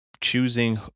choosing